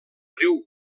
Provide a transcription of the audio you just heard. riu